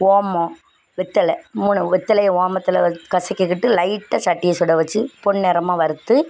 ஓமம் வெத்தலை மூணு வெத்தலையை ஓமத்தில் வச் கசக்கிக்கிட்டு லைட்டாக சட்டியை சுட வச்சு பொன்னிறமா வறுத்து